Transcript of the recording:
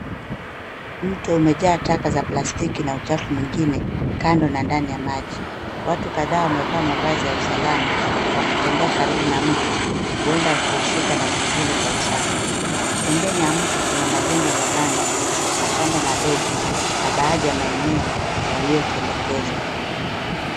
Mto umejaa taka za plastiki na uchafu mwingine kando na ndani ya maji watu kadhaa wamevaa mavazi ya usalama wakitembea karibu na mto huenda wakihusika na shughuli za usafi pembeni ya mto kuna majengo ya mabanda mashamba madogo na baadhi ya maeneo yaliotelekezwa.